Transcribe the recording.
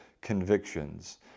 convictions